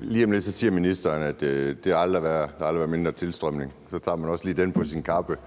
Lige om lidt siger ministeren, at der aldrig har været mindre tilstrømning. Så tager man også lige den på sin kappe.